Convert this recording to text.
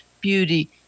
beauty